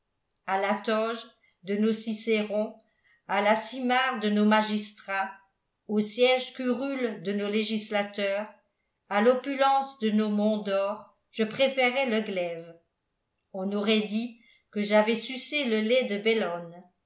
à la toge de nos cicérons à la simarre de nos magistrats au siège curule de nos législateurs à l'opulence de nos mondors je préférais le glaive on aurait dit que j'avais sucé le lait de